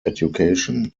education